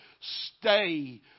stay